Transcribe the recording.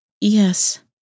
Yes